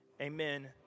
Amen